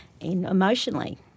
emotionally